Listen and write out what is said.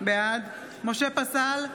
בעד משה פסל,